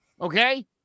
okay